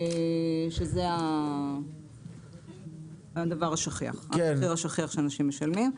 שזה המחיר השכיח שאנשים משלמים.